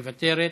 מוותרת,